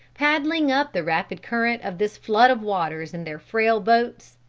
paddling up the rapid current of this flood of waters in their frail boats,